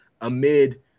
amid